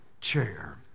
chair